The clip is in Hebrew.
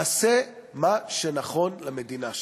תעשה מה שנכון למדינה שלך.